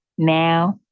now